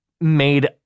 made